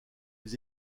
les